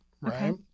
right